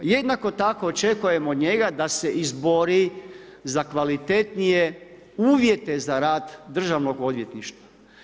Jednako tako očekujem od njega da se izbori za kvalitetnije uvjete za rad državnog odvjetništva.